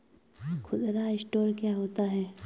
खुदरा स्टोर क्या होता है?